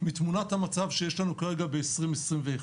בתמונת המצב שיש לנו כרגע ב-2021.